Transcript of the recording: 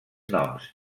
noms